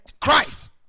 Christ